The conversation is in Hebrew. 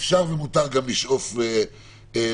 אפשר ומותר גם לשאוף ליותר.